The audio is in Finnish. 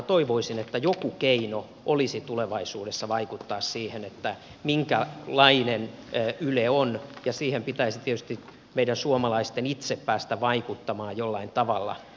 toivoisin että joku keino olisi tulevaisuudessa vaikuttaa siihen minkälainen yle on ja siihen pitäisi tietysti meidän suomalaisten itse päästä vaikuttamaan jollain tavalla